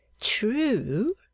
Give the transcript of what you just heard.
true